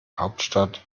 hauptstadt